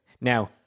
Now